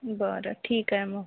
बरं ठीक आहे मग